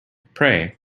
pray